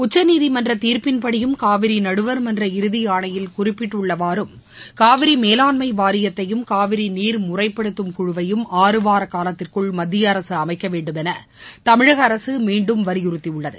உச்சநீதிமன்ற தீர்ப்பின்படியும் காவிரி நடுவர்மன்ற இறுதி ஆணையில் குறிப்பிட்டுள்ளவாறும் காவிரி மேலாண்மை வாரியத்தையும் காவிரி நீர் முறைப்படுத்தும் குழுவையும் ஆறுவார காலத்திற்குள் மத்திய அரசு அமைக்க வேண்டும் என தமிழக அரசு மீண்டும் வலியுறுத்தியுள்ளது